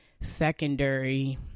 secondary